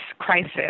crisis